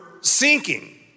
sinking